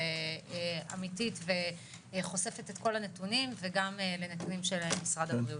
ואמיתית וחושפת את כל הנתונים וגם לנתונים של משרד הבריאות.